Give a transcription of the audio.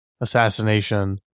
assassination